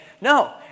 No